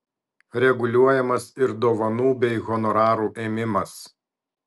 reguliuojamas ir dovanų bei honorarų ėmimas